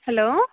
hello